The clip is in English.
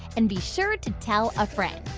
and be sure to tell a friend.